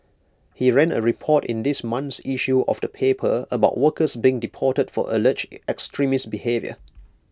he ran A report in this month's issue of the paper about workers being deported for alleged extremist behaviour